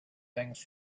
things